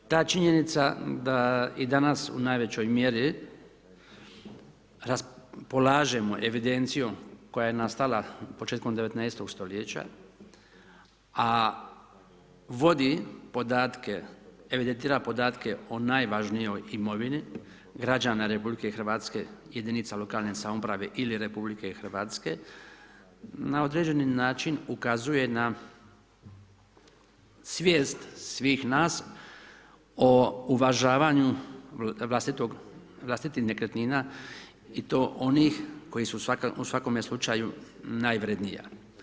Ta činjenica da i danas u najvećoj mjeri polažemo evidenciju koja je nastala početkom 19.-og stoljeća, a vodi podatke, evidentira podatke o najvažnijom imovini građana RH, jedinica lokalne samouprave ili RH, na određeni način ukazuje na svijest svih nas o uvažavanju vlastitih nekretnina i to onih koji su u svakome slučaju najvrjednija.